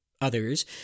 Others